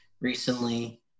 recently